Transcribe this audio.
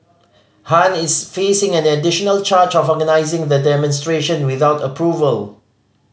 Han is facing an additional charge of organising the demonstration without approval